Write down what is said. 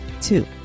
Two